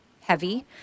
heavy